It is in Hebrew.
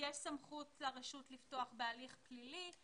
בנוסף יש סמכות לרשות לפתוח בהליך פלילי.